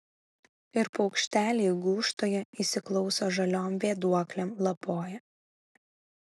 ir paukšteliai gūžtoje įsiklauso žaliom vėduoklėm lapoja